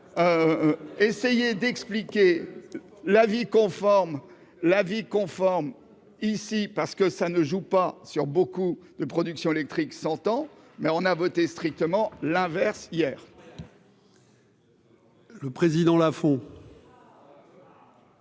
l'avis conforme l'avis conforme ici parce que ça ne joue pas sur beaucoup de production électrique entend mais on a voté strictement l'inverse hier.